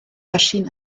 erschien